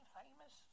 famous